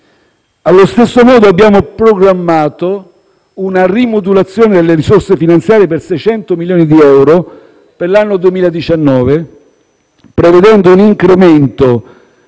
Allo stesso modo, abbiamo programmato una rimodulazione delle risorse finanziarie per 600 milioni di euro per l'anno 2019 prevedendo un incremento,